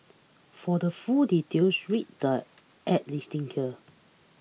for the full details read the ad's listing here